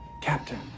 Captain